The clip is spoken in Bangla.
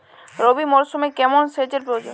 রবি মরশুমে কেমন সেচের প্রয়োজন?